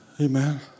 Amen